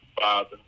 Father